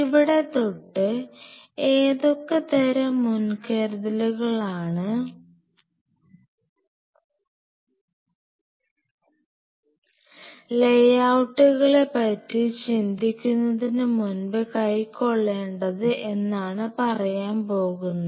ഇവിടെ തൊട്ട് ഏതൊക്കെ തരം മുൻകരുതലുകളാണ് ലേയൌട്ട്കളെ പറ്റി ചിന്തിക്കുന്നതിനു മുമ്പ് കൈക്കൊള്ളേണ്ടത് എന്നാണ് പറയാൻ പോകുന്നത്